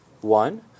One